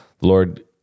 Lord